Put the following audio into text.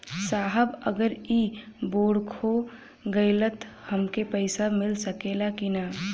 साहब अगर इ बोडखो गईलतऽ हमके पैसा मिल सकेला की ना?